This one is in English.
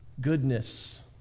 goodness